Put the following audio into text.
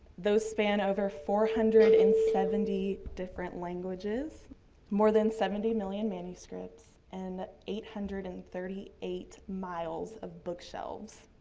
those span over four hundred and seventy different languages more than seventy million manuscripts, and eight hundred and thirty eight miles of bookshelves.